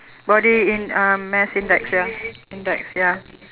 body in~ uh mass index ya index ya